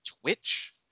Twitch